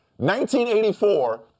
1984